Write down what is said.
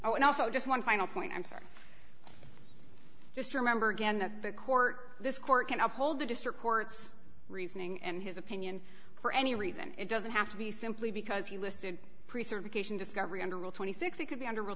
would also just one final point i'm sorry just remember again that the court this court can uphold the district court's reasoning and his opinion for any reason it doesn't have to be simply because he listed pre surgery cation discovery under rule twenty six it could be under r